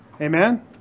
amen